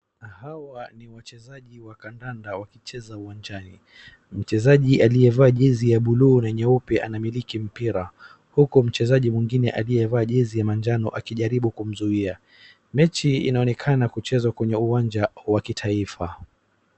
Hawa ni wachezaji wa kadanda wakicheza uwanjani. Mchezaji aliyevaa jezi ya buluu na nyeupe anamiliki mpira huku mchezaji mwengine aliyevaa jezi ya manjano akijaribu kumzuia. Mechi inaonekana kuchezwa katika uwanja wa kitaifa.